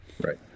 Right